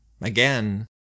again